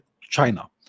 China